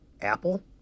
apple